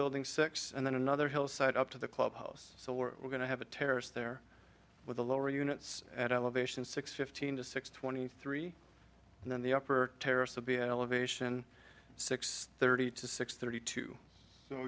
building six and then another hill side up to the clubhouse so we're going to have a terrace there with the lower units at elevation six fifteen to six twenty three and then the upper terrace will be elevation six thirty to six thirty two